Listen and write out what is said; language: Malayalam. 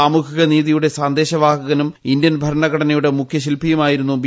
സാമൂഹിക നീതിയുടെ സന്ദേശ വാഹകനും ഇന്ത്യൻ ഭരണഘടനയുടെ മുഖ്യശിൽപ്പിയുമായിരുന്നു ബി